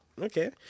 Okay